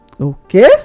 Okay